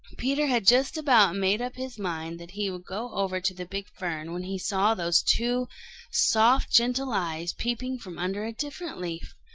peter had just about made up his mind that he would go over to the big fern when he saw those two soft, gentle eyes peeping from under a different leaf.